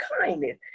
kindness